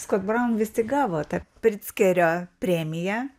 skot braun vis tik gavo tą pritzkerio premiją